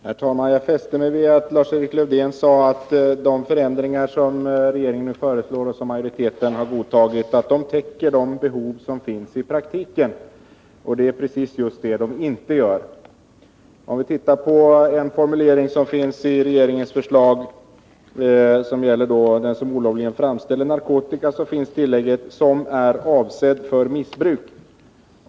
Herr talman! Jag fäste mig vid att Lars-Erik Lövdén sade, att de förändringar som regeringen föreslår och som majoriteten har godtagit täcker de behov som finns i praktiken. Det är precis vad de inte gör. Ser vi på en formulering i regeringens förslag gällande den som olovligen framställer narkotika, finner vi där tillägget ”som är avsedd för missbruk”.